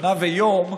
שנה ויום,